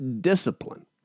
discipline